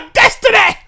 destiny